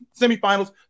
semifinals